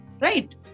Right